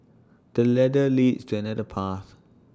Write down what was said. this ladder leads to another path